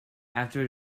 after